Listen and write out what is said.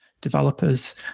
developers